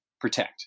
protect